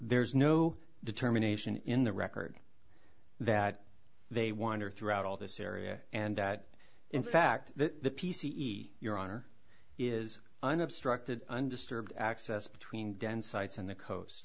there's no determination in the record that they wonder throughout all this area and that in fact the p c e your honor is unobstructed undisturbed access between dense sites on the coast